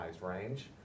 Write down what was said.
range